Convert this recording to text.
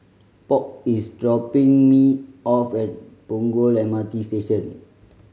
Polk is dropping me off at Punggol M R T Station